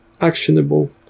actionable